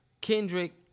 Kendrick